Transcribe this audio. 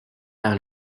par